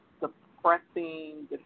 suppressing